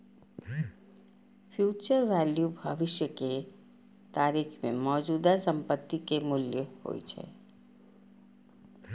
future value भविष्य के तारीख मे मौजूदा संपत्ति के मूल्य होइ छै